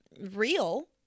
real